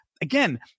again